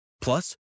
Plus